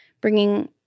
bringing